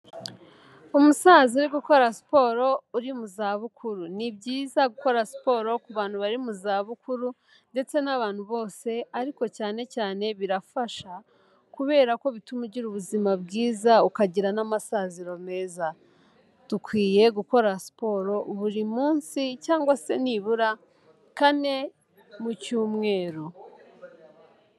Umusaza urigukora siporo uri mu zabukuru. Ni byiza gukora siporo ku bantu bari mu zabukuru ndetse n'abantu bose, ariko cyane cyane birafasha kubera ko bituma ugira ubuzima bwiza ukagira n'amasaziro meza. Dukwiye gukora siporo buri munsi cyangwa se nibura kane mu cyumweru.